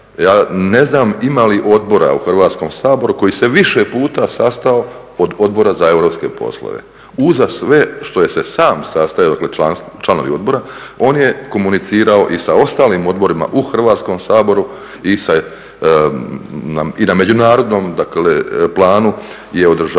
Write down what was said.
ja ne znam ima li odbora u Hrvatskom saboru koji se više puta sastao od Odbora za europske poslove. Uza sve što se sam sastajao, članovi odbora, on je komunicirao i sa ostalim odborima u Hrvatskom saboru i na međunarodnom planu je održavao